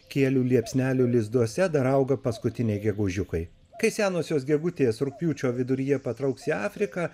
kielių liepsnelių lizduose dar auga paskutiniai gegužiukai kai senosios gegutės rugpjūčio viduryje patrauks į afriką